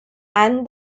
and